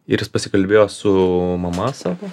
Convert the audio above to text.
ir jis pasikalbėjo su mama savo